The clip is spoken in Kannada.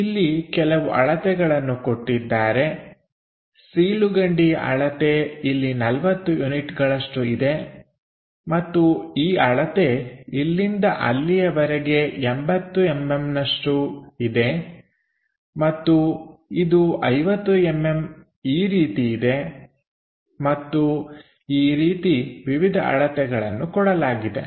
ಇಲ್ಲಿ ಕೆಲವು ಅಳತೆಗಳನ್ನು ಕೊಟ್ಟಿದ್ದಾರೆ ಸೀಳುಕಂಡಿಯ ಅಳತೆ ಇಲ್ಲಿ 40 ಯೂನಿಟ್ ಗಳಷ್ಟು ಇದೆ ಮತ್ತು ಈ ಅಳತೆ ಇಲ್ಲಿಂದ ಅಲ್ಲಿಯವರೆಗೆ 80mm ನಷ್ಟು ಇದೆ ಮತ್ತು ಇದು 50mm ಈ ರೀತಿ ಇದೆ ಮತ್ತು ಈ ರೀತಿ ವಿವಿಧ ಅಳತೆಗಳನ್ನು ಕೊಡಲಾಗಿದೆ